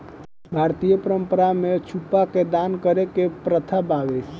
भारतीय परंपरा में छुपा के दान करे के प्रथा बावे